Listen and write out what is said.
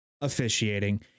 officiating